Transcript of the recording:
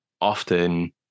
often